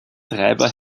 treiber